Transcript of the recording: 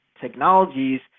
technologies